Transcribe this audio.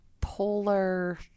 polar